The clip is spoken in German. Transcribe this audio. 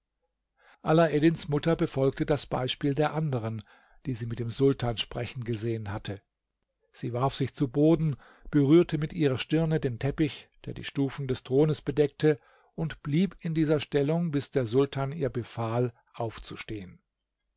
alaeddins mutter befolgte das beispiel der andern die sie mit dem sultan sprechen gesehen hatte sie warf sich zu boden berührte mit ihrer stirne den teppich der die stufen des thrones bedeckte und blieb in dieser stellung bis der sultan ihr befahl aufzustehen